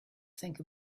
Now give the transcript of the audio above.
think